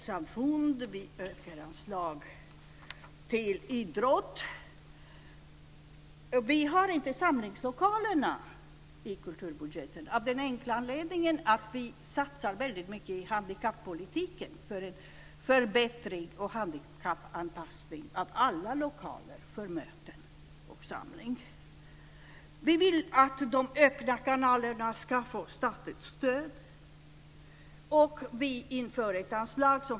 Samlingslokalerna ingår inte i kulturbudgeten av den enkla anledningen att vi satsar väldigt mycket på handikappolitiken, på förbättring och handikappanpassning av alla mötes och samlingslokaler.